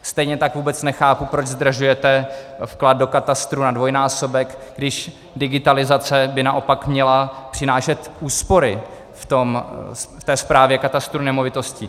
Stejně tak vůbec nechápu, proč zdražujete vklad do katastru na dvojnásobek, když digitalizace by naopak měla přinášet úspory v té správě katastru nemovitostí.